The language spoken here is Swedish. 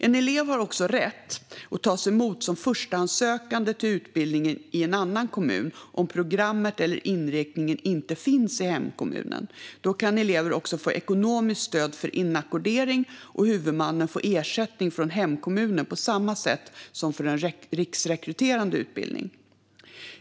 En elev har också rätt att tas emot som förstahandssökande till utbildning i en annan kommun om programmet eller inriktningen inte finns i hemkommunen. Då kan eleven få ekonomiskt stöd för inackordering, och huvudmannen får ersättning från hemkommunen på samma sätt som för en riksrekryterande utbildning.